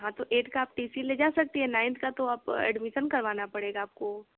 हाँ तो एट्थ का आप टी सी ले जा सकती है नाइन्थ का तो आप एडमिशन करवाना पड़ेगा आप को वो